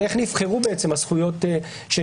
ואיך נבחרו אלה שנכנסו.